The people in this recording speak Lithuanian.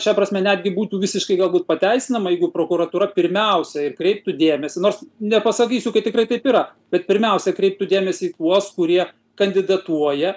šia prasme netgi būtų visiškai galbūt pateisinama jeigu prokuratūra pirmiausiai kreiptų dėmesį nors nepasakysiu kad tikrai taip yra bet pirmiausia kreiptų dėmesį į tuos kurie kandidatuoja